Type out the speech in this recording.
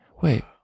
Wait